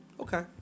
okay